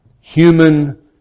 human